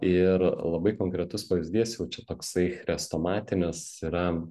ir labai konkretus pavyzdys jau čia toksai chrestomatinis yra